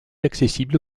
accessible